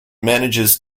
manages